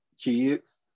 kids